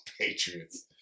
Patriots